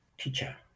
Teacher